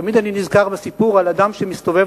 תמיד אני נזכר בסיפור על אדם שמסתובב